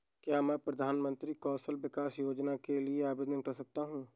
क्या मैं प्रधानमंत्री कौशल विकास योजना के लिए आवेदन कर सकता हूँ?